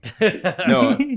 No